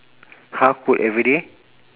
how could everyday